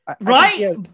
Right